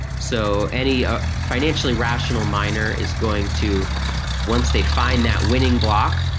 so any ah financially rational miner is going to once they find that winning block,